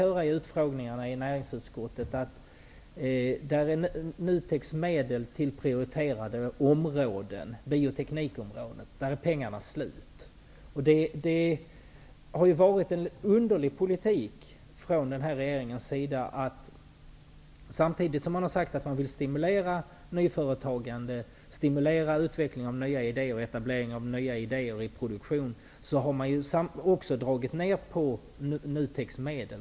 Vid utfrågningarna som näringsutskottet hade fick vi höra att NUTEK:s medel till prioriterade områden, såsom bioteknik, är slut. Regeringen har fört en underlig politik. Samtidigt som man har sagt sig vilja stimulera nyföretagande och utveckling och etablering av nya idéer i produktion har man dragit ned på NUTEK:s medel.